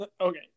Okay